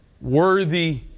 worthy